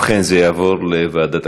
ובכן, ארבעה בעד.